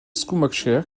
schumacher